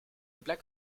tournée